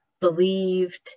believed